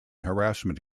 harassment